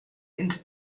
into